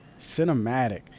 cinematic